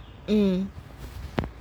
eh